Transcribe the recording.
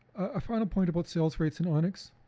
a final point about sales rights and onix